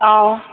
অঁ